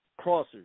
crossers